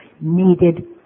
needed